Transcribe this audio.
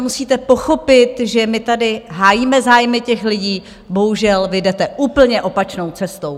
Musíte pochopit, že my tady hájíme zájmy těch lidí, bohužel vy jdete úplně opačnou cestou!